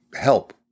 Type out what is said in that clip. help